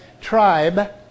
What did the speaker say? tribe